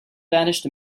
vanished